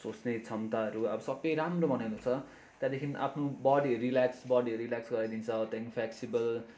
सोच्ने क्षमताहरू अब सबै राम्रो बनाउँदछ त्यहाँदेखि आफ्नो बडी रिल्याक्स बडी रिल्याक्स गराइदिन्छ त्यहाँदेखि फ्ल्याक्सिबल